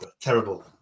terrible